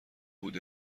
بود